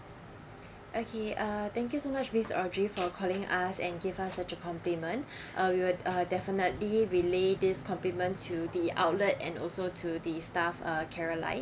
okay uh thank you so much miss audrey for calling us and give us such a compliment uh we will uh definitely relay this compliment to the outlet and also to the staff uh caroline